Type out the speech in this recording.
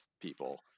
people